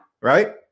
Right